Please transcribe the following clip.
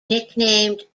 nicknamed